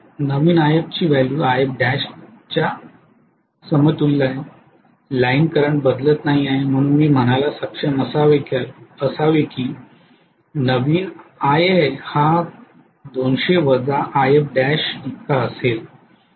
नवीन If ची value Ifl च्या समतुल्य आहे लाइन करंट बदलत नाही आहे म्हणून मी म्हणायला सक्षम असावे की नवीन Ia हा 200 वजा Ifl इतके असेल